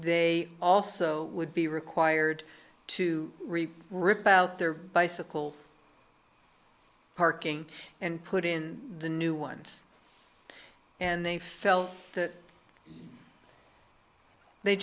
they also would be required to report rip out their bicycle parking and put in the new ones and they felt that they